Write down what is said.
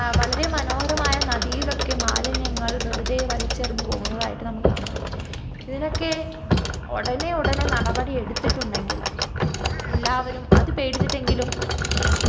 വളരെ മനോഹരമായ നദിയിലൊക്കെ മാലിന്യങ്ങൾ വെറുതെ വലിച്ചെറിഞ്ഞ് പോകുന്നതായിട്ട് കാണാം ഇതിനൊക്കെ ഉടനെ ഉടനെ നടപടിയെടുത്തിട്ടുണ്ടെങ്കിൽ എല്ലാവരും അത് പേടിച്ചിട്ടെങ്കിലും